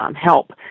help